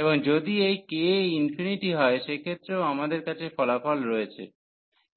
এবং যদি এই k ইনফিনিটি হয় সেক্ষেত্রেও আমাদের কাছে ফলাফল রয়েছে